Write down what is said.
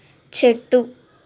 చెట్టు